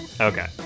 Okay